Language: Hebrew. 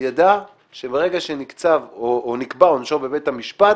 יידע שברגע שנקצב עונשו בבית המשפט